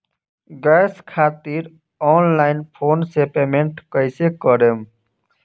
Gas खातिर online phone से payment कैसे करेम?